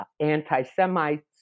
anti-Semites